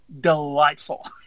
delightful